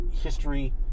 history